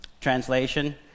translation